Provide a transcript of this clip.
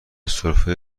سرفه